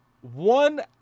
one